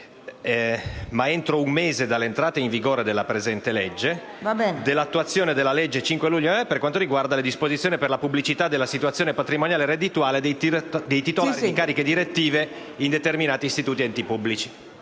ma entro un mese dall'entrata in vigore della presente legge, dell'attuazione della legge 5 luglio 1982, n. 441, per quanto riguarda le disposizioni per la pubblicità della situazione patrimoniale e reddituale di titolari di cariche direttive di determinati istituti ed enti pubblici